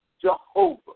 Jehovah